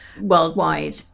worldwide